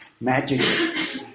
Magic